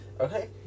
Okay